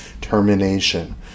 termination